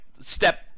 step